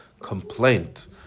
complaint